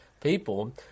people